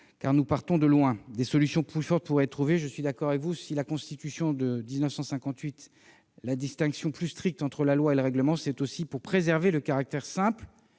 car nous partons de loin. Des solutions plus fortes pourraient être trouvées, je suis d'accord avec vous. Si la Constitution de 1958 établit une distinction plus stricte entre la loi et le règlement, c'est aussi pour préserver le caractère simple,